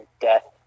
Death